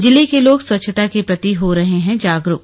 जिले के लोग स्वच्छता के प्रति हो रहे हैं जागरूक